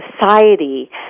society